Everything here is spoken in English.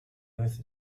earth